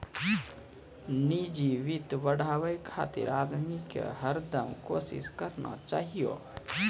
निजी वित्त बढ़ाबे खातिर आदमी के हरदम कोसिस करना चाहियो